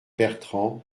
bertrand